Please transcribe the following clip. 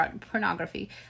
pornography